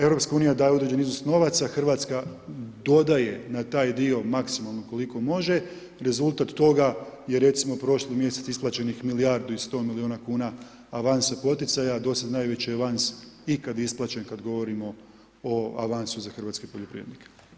Europska unija daje određeni iznos novaca, Hrvatska dodaje na taj dio, maksimalno koliko može, rezultat toga je recimo prošli mjesec isplaćenih milijardu i sto milijuna kuna avansa poticaja, do sad najveći avans ikad isplaćen kad govorimo o avansu za hrvatske poljoprivrednike.